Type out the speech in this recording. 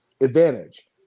advantage